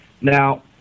Now